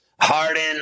Harden